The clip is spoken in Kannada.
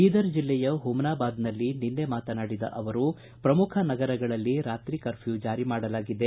ಬೀದರ್ ಜಿಲ್ಲೆಯ ಹುಮನಾಬಾದ್ನಲ್ಲಿ ನಿನ್ನೆ ಮಾತನಾಡಿದ ಅವರು ಪ್ರಮುಖ ನಗರಗಳಲ್ಲಿ ರಾತ್ರಿ ಕರ್ಮ್ಯೂ ಜಾರಿ ಮಾಡಲಾಗಿದೆ